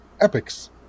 epics